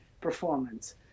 performance